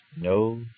no